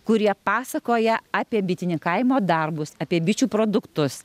kurie pasakoja apie bitininkavimo darbus apie bičių produktus